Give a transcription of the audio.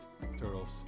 Turtles